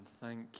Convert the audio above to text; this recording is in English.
Thank